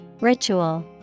Ritual